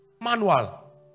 manual